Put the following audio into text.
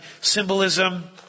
symbolism